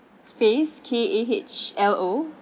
space K A H L O